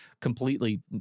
completely